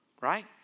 right